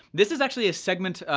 this is actually a segment,